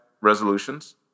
resolutions